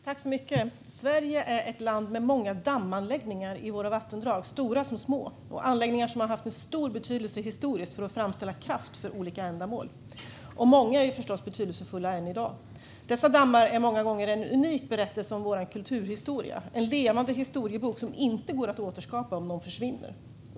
Fru talman! Sverige är ett land med många dammanläggningar i våra vattendrag, stora som små. Det är anläggningar som har haft stor betydelse historiskt när det gäller att framställa kraft för olika ändamål. Många är förstås betydelsefulla än i dag. Dessa dammar är många gånger en unik berättelse om vår kulturhistoria, en levande historiebok som inte går att återskapa om dammarna försvinner.